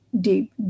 deep